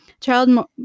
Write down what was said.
child